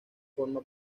forma